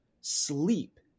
sleep